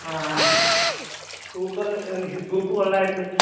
ആ super soup കൊള്ളാമായിരുന്നു